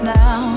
now